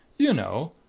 you know!